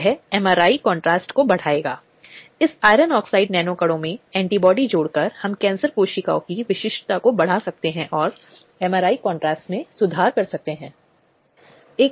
यह बहुत महत्वपूर्ण है कि महिलाओं के नाम और अन्य विवरणों को रोक दिया जाये या दबा दिया जाये क्योंकि कई बार उन्हें शिकायत करने के आधार पर आगे उत्पीड़न या अपमानित किया जा सकता है